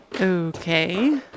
Okay